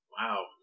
Wow